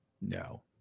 no